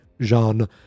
Jean